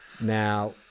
Now